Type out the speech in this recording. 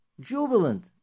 Jubilant